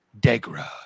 Degra